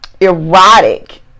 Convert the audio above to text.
erotic